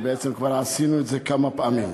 ובעצם כבר עשינו את זה כמה פעמים.